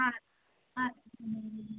ആ ആ